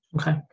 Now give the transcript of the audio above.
Okay